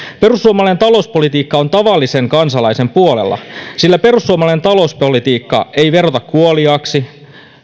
perussuomalainen talouspolitiikka on tavallisen kansalaisen puolella sillä perussuomalainen talouspolitiikka ei verota kuoliaaksi